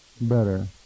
better